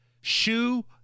shoe